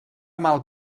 mal